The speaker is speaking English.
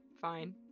fine